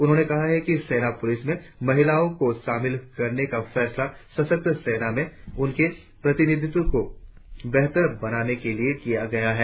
उन्होंने कहा कि सेना पुलिस में महिलाओ को शामिल करने का फैसला सशक्त सेनाओ में उनके प्रतिनिधित्व को बेहतर बनाने के लिए किया गया है